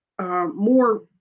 more